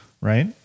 right